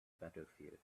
battlefield